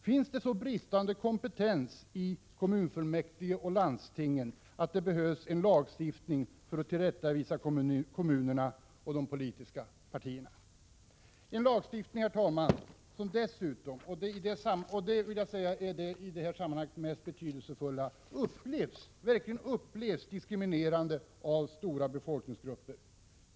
Finns det så bristande kompetens i kommunfullmäktige och landsting att det behövs lagstiftning för att tillrättavisa kommunerna och de politiska partierna — en lagstiftning som dessutom upplevs som diskriminerande av stora befolkningsgrupper, vilket är det i detta sammanhang mest betydelsefulla?